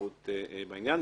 התעוררות בעניין.